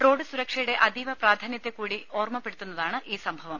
road സുരക്ഷയുടെ അതീവ പ്രാധാന്യത്തെ കൂടി ഓർമ്മപ്പെടുത്തു ന്നതാണ് ഈ സംഭവം